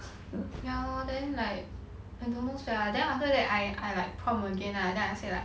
ya lor then like I don't know sia then after that I I like prompt again lah then I say like